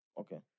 Okay